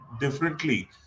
differently